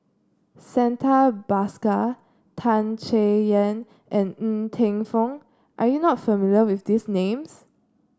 Santha Bhaskar Tan Chay Yan and Ng Teng Fong are you not familiar with these names